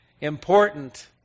important